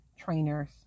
trainers